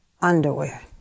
underwear